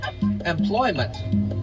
employment